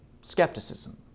skepticism